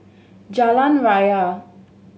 Jalan Raya